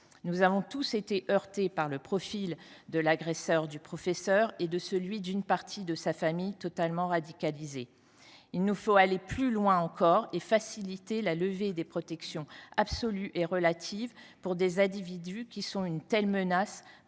Nous avons tous été heurtés par le profil de l’agresseur du professeur assassiné et de celui d’une partie de sa famille, totalement radicalisée. Il nous faut aller plus loin et faciliter encore la levée des protections absolues et relatives pour des individus qui constituent une menace